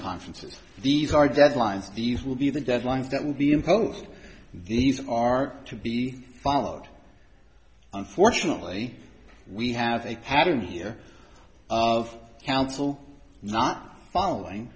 conferences these are deadlines these will be the deadlines that will be imposed these are to be followed unfortunately we have a pattern here of counsel not following